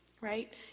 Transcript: Right